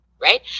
right